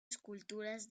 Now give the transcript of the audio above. esculturas